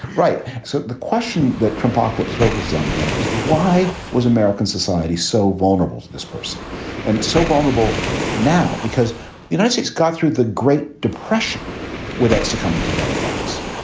right. so the question that carpocalypse focuses on again is why was american society so vulnerable, this person and so vulnerable now? because the unites states got through the great depression without succumbing to demagogues.